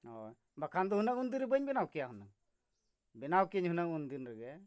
ᱚ ᱵᱟᱠᱷᱟᱱ ᱫᱚ ᱦᱩᱱᱟᱹᱝ ᱩᱱ ᱫᱤᱱᱨᱮ ᱵᱟᱹᱧ ᱵᱮᱱᱟᱣ ᱠᱮᱭᱟ ᱦᱩᱱᱟᱹᱝ ᱵᱮᱱᱟᱣ ᱠᱤᱭᱟᱹᱧ ᱦᱩᱱᱟᱹᱝ ᱩᱱᱫᱤᱱ ᱨᱮᱜᱮ